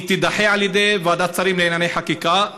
היא תידחה על ידי ועדת שרים לענייני חקיקה,